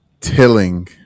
Tilling